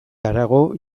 harago